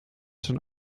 zijn